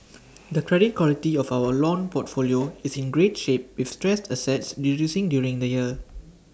the credit quality of our loan portfolio is in great shape with stressed assets reducing during the year